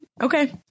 okay